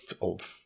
Old